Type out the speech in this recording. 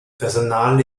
personal